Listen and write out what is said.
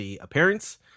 appearance